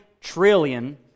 trillion